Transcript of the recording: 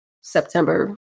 September